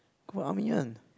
confirm army one